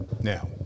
now